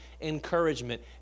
encouragement